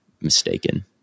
mistaken